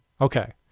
Okay